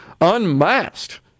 unmasked